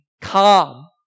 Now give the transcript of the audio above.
calm